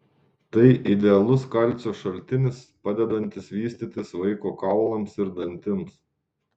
tai idealus kalcio šaltinis padedantis vystytis vaiko kaulams ir dantims